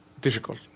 difficult